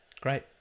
great